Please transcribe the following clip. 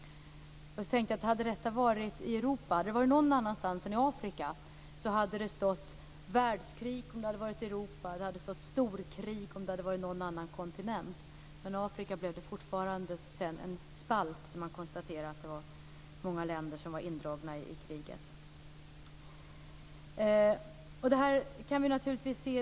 Jag tänkte: Hur hade det stått om det varit någon annanstans än i Afrika? Det hade stått världskrig om det hade varit i Europa, och det hade stått storkrig om det hade varit på någon annan kontinent. Men när det var Afrika blev det fortfarande en spalt där man konstaterade att det var många länder som var indragna i kriget.